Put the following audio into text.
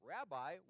Rabbi